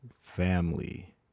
family